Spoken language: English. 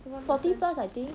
forty plus I think